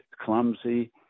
clumsy